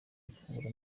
ifunguro